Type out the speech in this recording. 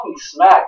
Smack